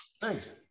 thanks